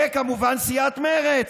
וכמובן, סיעת מרצ.